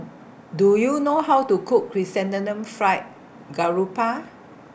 Do YOU know How to Cook Chrysanthemum Fried Garoupa